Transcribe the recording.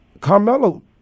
Carmelo